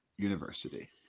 university